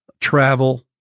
travel